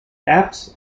apse